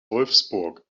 wolfsburg